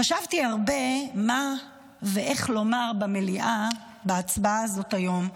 חשבתי הרבה מה ואיך לומר במליאה בהצבעה הזאת היום,